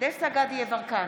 דסטה גדי יברקן,